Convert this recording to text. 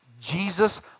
Jesus